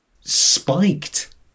spiked